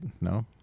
No